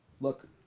Look